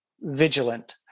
vigilant